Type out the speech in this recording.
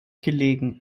gelegen